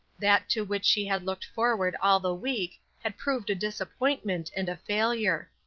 that to which she had looked forward all the week had proved a disappointment and a failure.